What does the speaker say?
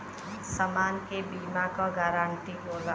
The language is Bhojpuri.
समान के बीमा क गारंटी होला